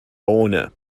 bohne